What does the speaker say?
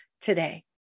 today